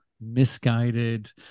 misguided